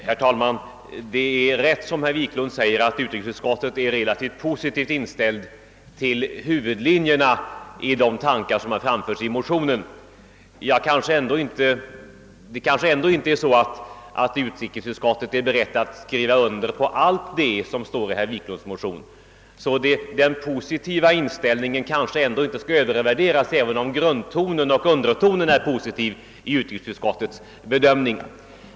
Herr talman! Det är riktigt som herr Wiklund säger att utrikesutskottet är relativt positivt inställt till huvudlinjerna i de tankar som har framförts i herr Wiklunds motion. Men utrikesutskottet är kanske ändå inte berett att skriva under på allt som står i motionen. Den positiva inställningen skall måhända inte övervärderas, även om grundtonen är positiv i utskottets bedömning.